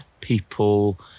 People